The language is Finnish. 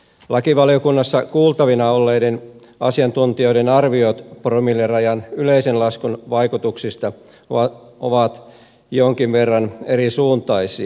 lakivaliokunnassa kuultavina olleiden asiantuntijoiden arviot promillerajan yleisen laskun vaikutuksista ovat jonkin verran erisuuntaisia